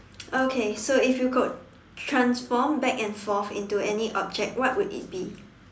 okay so if you could transform back and forth into any object what would it be